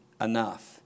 enough